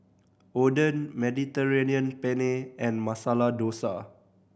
Oden Mediterranean Penne and Masala Dosa